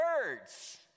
words